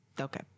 Okay